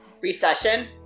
Recession